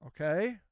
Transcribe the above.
okay